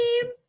team